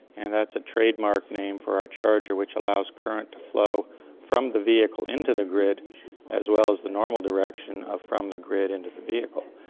and that's a trademark name for our charger which allows current to flow from the vehicle into the grid as well as the normal direction ah from the grid into the vehicle.